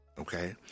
okay